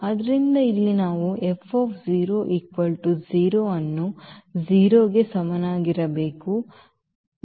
ಆದ್ದರಿಂದ ಇಲ್ಲಿ ನಾವು ಈ F 0 ಅನ್ನು 0 ಗೆ ಸಮನಾಗಿರಬೇಕು Y